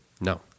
no